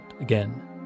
again